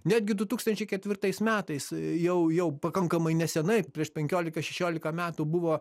netgi du tūkstančiai ketvirtais metais jau jau pakankamai nesenai prieš penkiolika šešiolika metų buvo